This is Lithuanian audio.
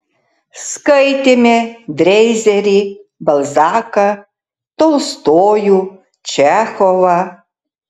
skaitėme dreizerį balzaką tolstojų čechovą